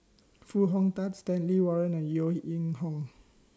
Foo Hong Tatt Stanley Warren and Yeo Ying Hong